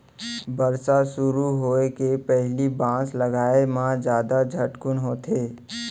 बरसा सुरू होए के पहिली बांस लगाए म जादा झटकुन होथे